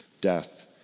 death